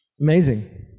Amazing